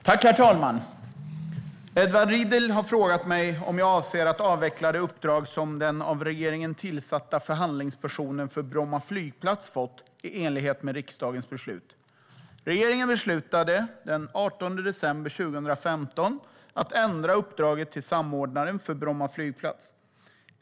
Herr talman! Edward Riedl har frågat mig om jag, i enlighet med riksdagens beslut, avser att avveckla det uppdrag som den av regeringen tillsatta förhandlingspersonen för Bromma flygplats fått. Regeringen beslutade den 18 december 2015 att ändra uppdraget till samordnaren för Bromma flygplats.